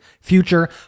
future